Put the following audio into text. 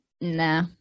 nah